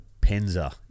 penza